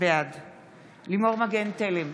בעד לימור מגן תלם,